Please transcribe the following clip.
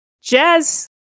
Jazz